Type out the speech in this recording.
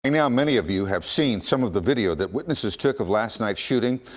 i mean many of you have seen some of the video that witnesses took of last night's shooting,